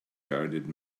bearded